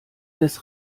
des